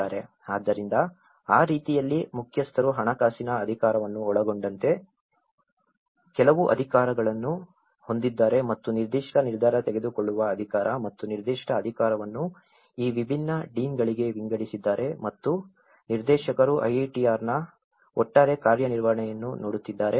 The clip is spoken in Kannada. ಆದ್ದರಿಂದ ಆ ರೀತಿಯಲ್ಲಿ ಮುಖ್ಯಸ್ಥರು ಹಣಕಾಸಿನ ಅಧಿಕಾರವನ್ನು ಒಳಗೊಂಡಂತೆ ಕೆಲವು ಅಧಿಕಾರಗಳನ್ನು ಹೊಂದಿದ್ದಾರೆ ಮತ್ತು ನಿರ್ದಿಷ್ಟ ನಿರ್ಧಾರ ತೆಗೆದುಕೊಳ್ಳುವ ಅಧಿಕಾರ ಮತ್ತು ನಿರ್ದಿಷ್ಟ ಅಧಿಕಾರವನ್ನು ಈ ವಿಭಿನ್ನ ಡೀನ್ಗಳಿಗೆ ವಿಂಗಡಿಸಿದ್ದಾರೆ ಮತ್ತು ನಿರ್ದೇಶಕರು IITR ನ ಒಟ್ಟಾರೆ ಕಾರ್ಯನಿರ್ವಹಣೆಯನ್ನು ನೋಡುತ್ತಿದ್ದಾರೆ